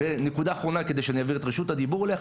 ונקודה אחרונה כדי שאני אעביר את רשות הדיבור אלייך,